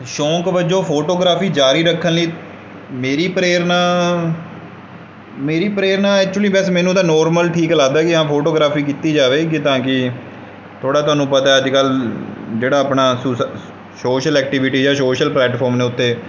ਸ਼ੌਂਕ ਵਜੋਂ ਫੋਟੋਗ੍ਰਾਫੀ ਜਾਰੀ ਰੱਖਣ ਲਈ ਮੇਰੀ ਪ੍ਰੇਰਨਾ ਮੇਰੀ ਪ੍ਰੇਰਨਾ ਐਕਚੁਲੀ ਬਸ ਮੈਨੂੰ ਤਾਂ ਨੋਰਮਲ ਠੀਕ ਲੱਗਦਾ ਕਿ ਹਾਂ ਫੋਟੋਗ੍ਰਾਫੀ ਕੀਤੀ ਜਾਵੇਗੀ ਤਾਂ ਕਿ ਥੋੜ੍ਹਾ ਤੁਹਾਨੂੰ ਪਤਾ ਅੱਜ ਕੱਲ੍ਹ ਜਿਹੜਾ ਆਪਣਾ ਸੂਸ ਸੋਸ਼ਲ ਐਕਟੀਵਿਟੀ ਜਾਂ ਸੋਸ਼ਲ ਪਲੈਟਫਾਰਮ ਨੇ ਉੱਤੇ